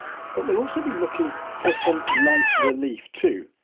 but we'll also be looking for some light relief too.